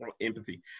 empathy